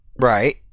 Right